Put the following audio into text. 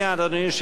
אדוני היושב-ראש,